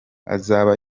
azaba